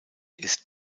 ist